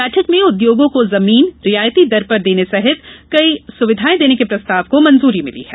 बैठक में उद्योगों को जमीन रियायती दर पर देने सहित कई सुविधाएं देने के प्रस्ताव को मंजूरी मिली है